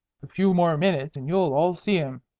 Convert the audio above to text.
a few more minutes and you'll all see him.